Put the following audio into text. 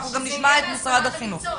אנחנו נשמע את משרד החינוך.